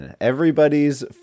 Everybody's